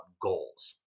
goals